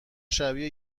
شبیه